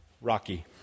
Rocky